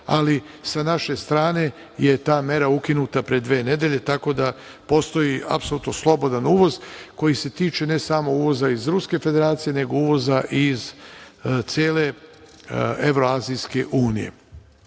ali sa naše strane je ta mera ukinuta pre dve nedelje, tako da postoji apsolutno slobodan uvoz koji se tiče ne samo uvoza iz Ruske Federacije, nego uvoza iz cele Evroazijske unije. Na